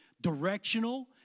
directional